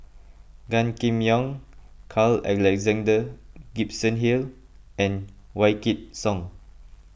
Gan Kim Yong Carl Alexander Gibson Hill and Wykidd Song